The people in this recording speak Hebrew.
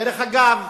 דרך אגב,